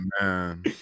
Man